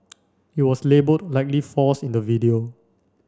it was labelled Likely force in the video